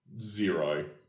zero